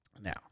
Now